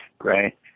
right